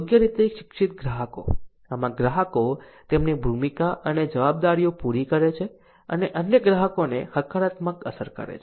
યોગ્ય રીતે શિક્ષિત ગ્રાહકો આમાં ગ્રાહકો તેમની ભૂમિકા અને જવાબદારીઓ પૂરી કરે છે અને અન્ય ગ્રાહકોને હકારાત્મક અસર કરે છે